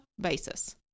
basis